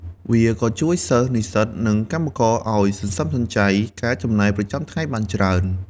វាក៏ជួយសិស្ស និស្សិត និងកម្មករឱ្យសន្សំសំចៃការចំណាយប្រចាំថ្ងៃបានច្រើន។